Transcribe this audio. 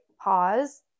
pause